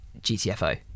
gtfo